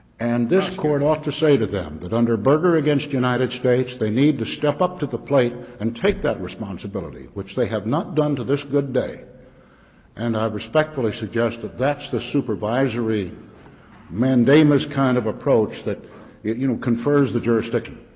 and this court ought to say to them that under berger against united states they need to step up to the plate and take that responsibility which they have not done to this good day and i respectfully suggest that that's the supervisory mandamus kind of approach that you know confers the jurisdiction.